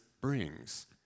brings